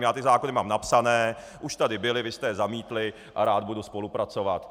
Já ty zákony mám napsány, už tady byly, vy jste je zamítli a rád budu spolupracovat.